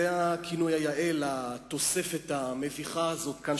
זה הכינוי היאה לתוספת המביכה הזאת כאן,